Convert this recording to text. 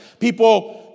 People